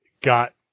got